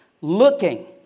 looking